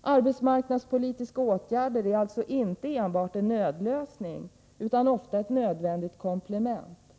Arbetsmarknadspolitiska åtgärder är alltså inte enbart en nödlösning — utan ofta ett nödvändigt komplement.